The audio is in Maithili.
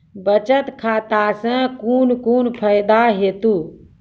बचत खाता सऽ कून कून फायदा हेतु?